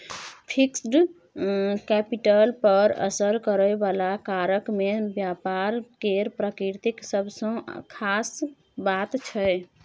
fixed capital पर असर करइ बला कारक मे व्यापार केर प्रकृति सबसँ खास बात छै